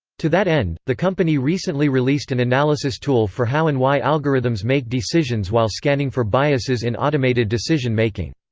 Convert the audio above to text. to that end, the company recently released an analysis tool for how and why algorithms make decisions while scanning for biases in automated decision-making.